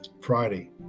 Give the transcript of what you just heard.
Friday